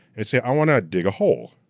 and say, i wanna dig a hole.